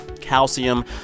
calcium